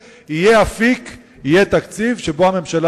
היינו בדיון בוועדת הכספים על סגירת מפעל "עוף העמק".